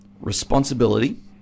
responsibility